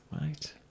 right